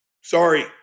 sorry